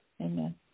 Amen